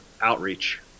outreach